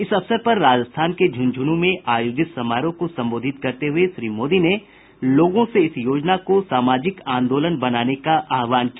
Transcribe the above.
इस अवसर पर राजस्थान के झुंझुनू में आयोजित समारोह को संबोधित करते हुए श्री मोदी ने लोगों से इस योजना को सामाजिक आंदोलन बनाने का आहवान किया